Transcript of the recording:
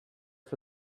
for